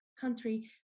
country